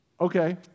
Okay